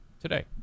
today